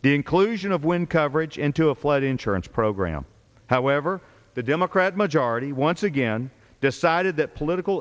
the inclusion of when coverage into a flood insurance program however the democrat majority once again decided that political